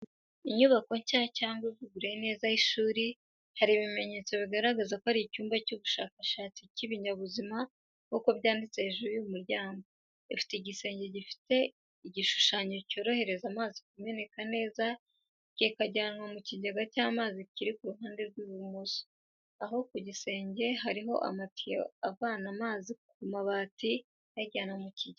Inyubako nshya cyangwa ivuguruye neza y'ishuri. Hari ibimenyetso bigaragaza ko ari icyumba cy'ubushakashatsi cy'ibinyabuzima nk’uko byanditse hejuru y’umuryango. Ifite igisenge gifite igishushanyo cyorohereza amazi kumena neza kikajyanwa mu cyijyega y’amazi kiri ku ruhande rw’ibumoso, aho ku gisenge hariho amatiyo avana amazi ku mabati ayajyana mu kigega.